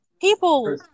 People